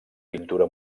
pintura